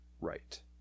right